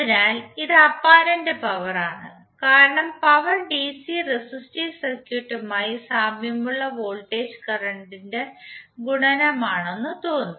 അതിനാൽ ഇത് apparent power ആണ് കാരണം പവർ ഡിസി റെസിസ്റ്റീവ് സർക്യൂട്ടുമായി സാമ്യമുള്ള വോൾട്ടേജ് കറന്റ് ഗുണമാണ് എന്ന് തോന്നും